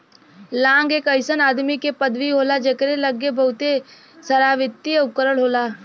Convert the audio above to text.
लांग एक अइसन आदमी के पदवी होला जकरे लग्गे बहुते सारावित्तिय उपकरण होला